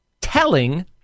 telling